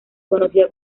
conocida